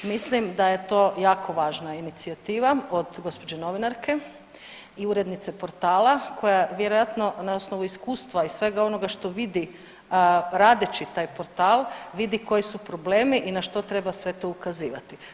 Mislim da je to jako važna inicijativa od gđe. novinarke i urednice portala koja vjerojatno na osnovu iskustva i svega onoga što vidi radeći taj portal vidi koji su problemi i na što treba sve to ukazivati.